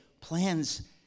plans